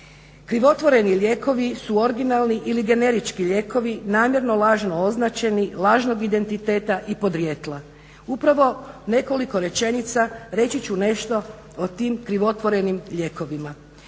krivotvoreni lijekovi su originalni ili generički lijekovi namjerno lažno označeni, lažnog identiteta i podrijetla. Upravo nekoliko rečenica, reći ću nešto o tim krivotvorenim lijekovima.